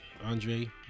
Andre